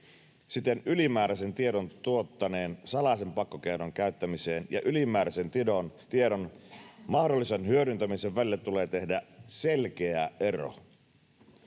Siten ylimääräisen tiedon tuottaneen salaisen pakkokeinon käyttämisen ja ylimääräisen tiedon mahdollisen hyödyntämisen välille tulee tehdä selkeä ero.